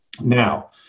Now